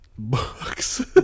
books